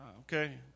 Okay